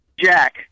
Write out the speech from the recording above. Jack